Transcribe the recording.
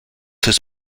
his